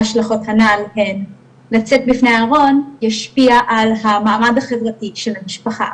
ההשלכות הנ"ל הן לצאת מהארון ישפיע על המעמד החברתי של המשפחה",